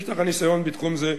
יש לך ניסיון בתחום זה,